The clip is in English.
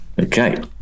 Okay